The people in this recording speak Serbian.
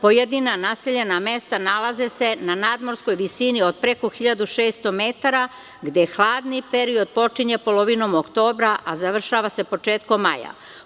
Pojedina naseljena mesta nalaze se na nadmorskoj visini od preko 1.600 m, gde hladni period počinje polovinom oktobra, a završava se početkom maja.